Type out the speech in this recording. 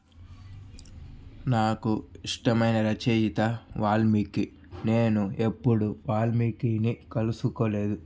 నాకు ఇష్టమైన రచయిత వాల్మీకి నేను ఎప్పుడూ వాల్మీకీని కలుసుకోలేదు